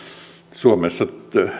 suomessa